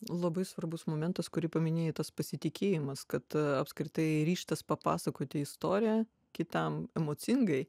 labai svarbus momentas kurį paminėjai tas pasitikėjimas kad apskritai ryžtas papasakoti istoriją kitam emocingai